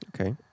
okay